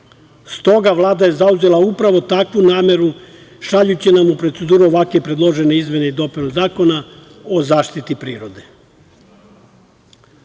Stoga, Vlada je zauzela upravo takvu nameru šaljući nam u proceduru ovakve predložene izmene i dopune Zakona o zaštiti prirode. Svakako